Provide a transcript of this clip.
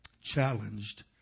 challenged